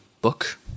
book